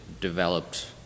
developed